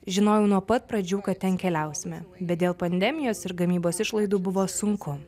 žinojau nuo pat pradžių kad ten keliausime bet dėl pandemijos ir gamybos išlaidų buvo sunku